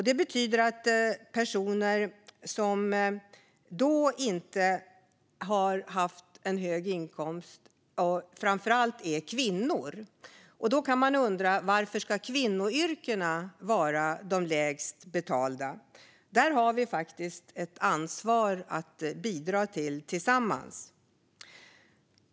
Det betyder att de personer som inte har haft en hög inkomst framför allt är kvinnor, och då kan man undra varför kvinnoyrkena ska vara de lägst betalda. Det har vi faktiskt ett ansvar att tillsammans göra något åt.